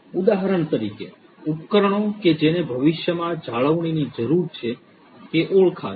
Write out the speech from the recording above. ઉદાહરણ તરીકે ઉપકરણો કે જેને ભવિષ્યમાં જાળવણીની જરૂર છે તે ઓળખાશે